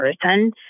person